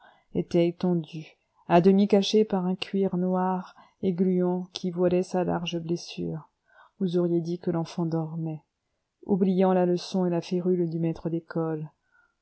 était étendu à demi caché par un cuir noir et gluant qui voilait sa large blessure vous auriez dit que l'enfant dormait oubliant la leçon et la férule du maître d'école